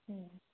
হুম